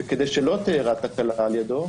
וכדי שלא תארע תקלה על-ידו,